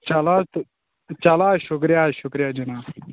چلو حظ چلو حظ شُکریہ شُکریہ جناب